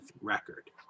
record